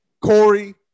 Corey